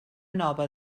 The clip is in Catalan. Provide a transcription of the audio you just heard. nova